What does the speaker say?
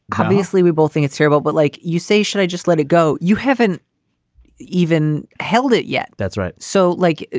obviously we both think it's terrible, but like you say, should i just let it go? you haven't even held it yet. that's right. so, like,